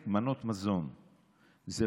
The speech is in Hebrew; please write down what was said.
אבי,